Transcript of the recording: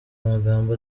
amagambo